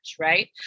right